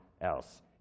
else